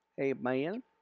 amen